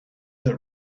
that